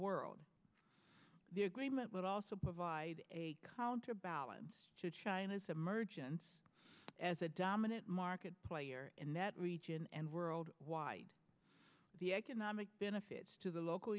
world the agreement would also provide a counterbalance to china's emergence as a dominant market player in that region and world wide the economic benefits to the local